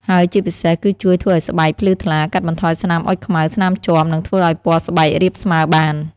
ហើយជាពិសេសគឺជួយធ្វើឲ្យស្បែកភ្លឺថ្លា កាត់បន្ថយស្នាមអុជខ្មៅ ស្នាមជាំ និងធ្វើឲ្យពណ៌ស្បែករាបស្មើបាន។